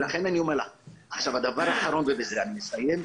דבר אחרון ובזה אסיים.